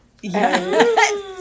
Yes